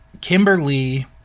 Kimberly